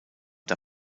der